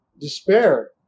Despair